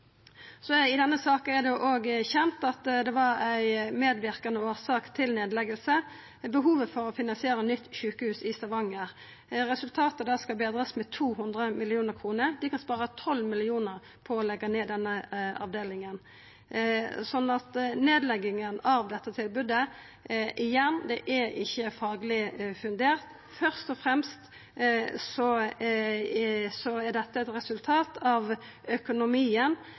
I denne saka er det òg kjent at det var ei medverkande årsak til nedlegginga – behovet for å finansiera nytt sjukehus i Stavanger. Resultatet der skal betrast med 200 mill. kr. Dei kan spara 12 mill. kr på å leggja ned denne avdelinga. Igjen: Nedlegginga av dette tilbodet er ikkje fagleg fundert. Fyrst og fremst er dette eit resultat av